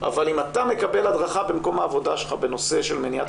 אבל אם אתה מקבל הדרכה במקום העבודה שלך בנושא של מניעת